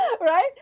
Right